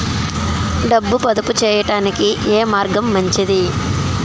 డబ్బు పొదుపు చేయటానికి ఏ మార్గం మంచిది?